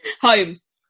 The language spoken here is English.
Holmes